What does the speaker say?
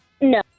No